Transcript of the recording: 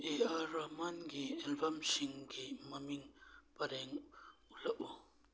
ꯑꯦ R ꯔꯥꯍꯃꯟꯒꯤ ꯑꯦꯜꯕꯝꯁꯤꯡꯒꯤ ꯃꯃꯤꯡ ꯄꯔꯦꯡ ꯎꯠꯂꯛꯎ